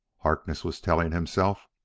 harkness was telling himself.